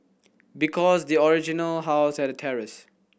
because the original house had a terrace